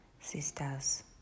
sisters